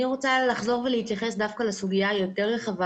אני רוצה לחזור ולהתייחס דווקא לסוגיה היותר רחבה,